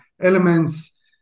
elements